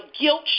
guilt